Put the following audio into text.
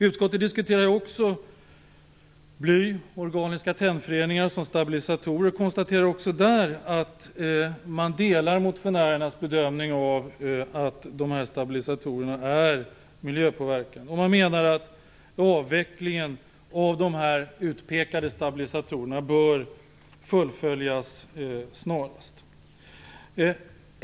Utskottet diskuterar också bly och organiska tennföreningar som stabilisatorer, och konstaterar även där att man delar motionärernas bedömning att de här stabilisatorerna är miljöpåverkande och menar att avvecklingen av de utpekade stabilisatorerna bör fullföljas snarast.